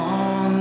on